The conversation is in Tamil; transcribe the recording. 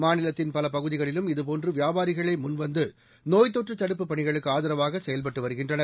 மாநிலத்தின் பல பகுதிகளிலும் இதுபோன்று வியாபாரிகளே முன்வந்து நோய்த் தொற்று தடுப்புப் பணிகளுக்கு ஆதரவாக செயல்பட்டு வருகின்றனர்